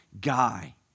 guy